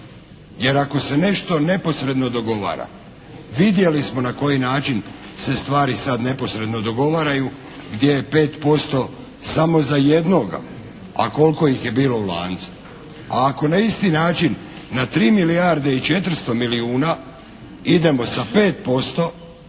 jer ako se nešto neposredno dogovara vidjeli smo na koji način se stvari sad neposredno dogovaraju, gdje je 5% samo za jednoga, a koliko ih je bilo u lancu. A ako na isti način na 3 milijarde i 400 milijuna idemo sa 5%